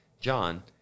John